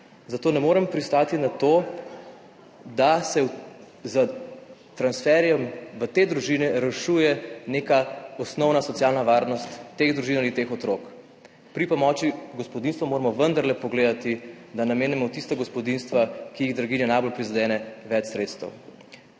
zato ne morem pristati na to, da se s transferjem v te družine rešuje neka osnovna socialna varnost teh družin ali teh otrok. Pri pomoči gospodinjstvu moramo vendarle gledati, da namenimo tistim gospodinjstvom, ki jih draginja najbolj prizadene, več sredstev.